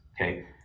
okay